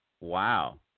Wow